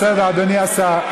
בסדר, אדוני השר.